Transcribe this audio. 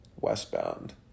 westbound